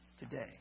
Today